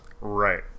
Right